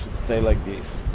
stay like this,